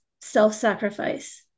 self-sacrifice